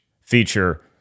feature